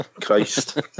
Christ